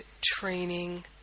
training